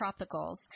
Tropicals